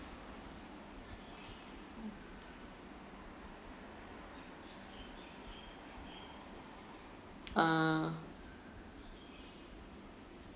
uh